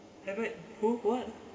who what